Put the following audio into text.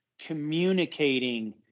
communicating